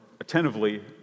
attentively